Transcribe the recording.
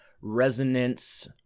resonance